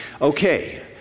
Okay